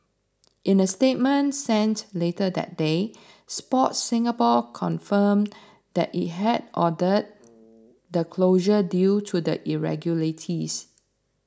in a statement sent later that day Sport Singapore confirmed that it had ordered the closure due to the irregularities